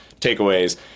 takeaways